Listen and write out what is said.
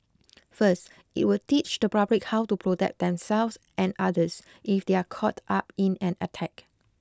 first it will teach the public how to protect themselves and others if they are caught up in an attack